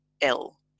ill